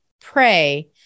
pray